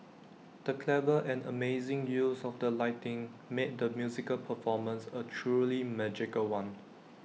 the clever and amazing use of the lighting made the musical performance A truly magical one